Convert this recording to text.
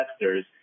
investors